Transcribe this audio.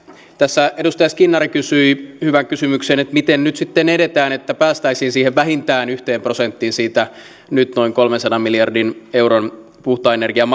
tässä edustaja skinnari kysyi hyvän kysymyksen että miten nyt sitten edetään että päästäisiin siihen vähintään yhteen prosenttiin siitä nyt noin kolmensadan miljardin euron puhtaan energian